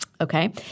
Okay